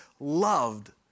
Loved